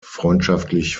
freundschaftlich